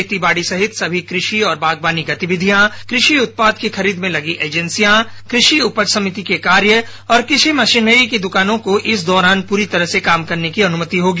खेती बाड़ी सहित सभी कृषि और बागबानी गतिविधियां कृषि उत्पाद की खरीद में लगी एजेंसियां कृषि उपज समिति के कार्य और कृषि मशीनरी की दुकानों को इस दौरान पूरी तरह से काम करने की अनुमति होगी